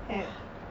have